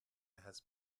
has